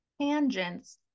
tangents